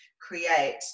create